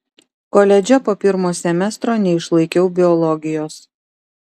koledže po pirmo semestro neišlaikiau biologijos